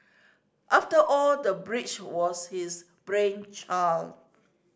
after all the bridge was his brainchild